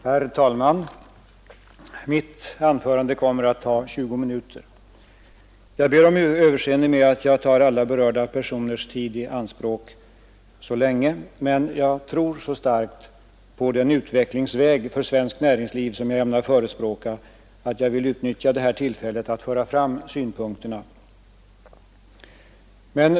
Herr talman! Mitt anförande kommer att ta 20 minuter. Jag ber om överseende med att jag tar alla berörda personers tid i anspråk så länge, men jag tror så starkt på den utvecklingsväg för svenskt näringsliv som jag ämnar förespråka att jag vill utnyttja det här tillfället att föra fram mina synpunkter.